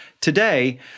today